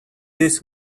this